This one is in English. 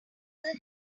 will